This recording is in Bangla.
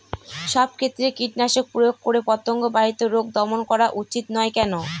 সব ক্ষেত্রে কীটনাশক প্রয়োগ করে পতঙ্গ বাহিত রোগ দমন করা উচিৎ নয় কেন?